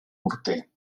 morter